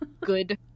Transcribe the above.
good